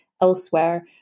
elsewhere